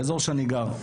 באזור שאני גר,